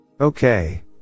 Okay